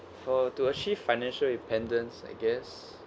for to achieve financial independence I guess